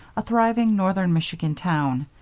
a thriving northern michigan town,